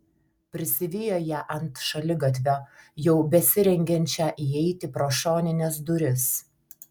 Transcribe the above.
prisivijo ją ant šaligatvio jau besirengiančią įeiti pro šonines duris